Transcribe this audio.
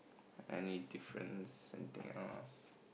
any difference something else